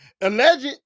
Alleged